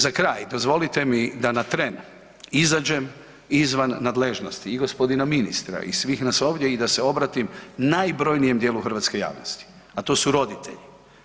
Za kraj dozvolite mi da na tren izađem izvan nadležnosti i gospodina ministra i svih nas ovdje i da se obratim najbrojnijem dijelu hrvatske javnosti, a to su roditelji.